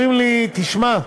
ואומרים לי: תשמע,